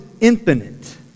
infinite